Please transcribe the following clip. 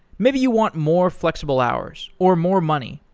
maybe you want more flexible hours, or more money,